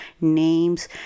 names